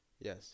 Yes